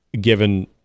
given